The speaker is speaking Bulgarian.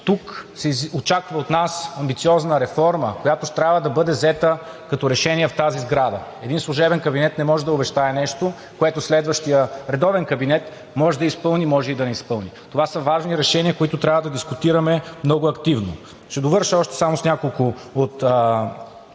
Тук се очаква от нас амбициозна реформа, която трябва да бъде взета като решение в тази сграда. Един служебен кабинет не може да обещае нещо, което следващият редовен кабинет може да изпълни, може и да не изпълни. Това са важни решения, които трябва да дискутираме много активно. Ще довърша още само с няколко от